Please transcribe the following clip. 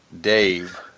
Dave